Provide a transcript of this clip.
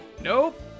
Nope